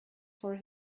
for